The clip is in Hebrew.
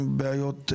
עם בעיות,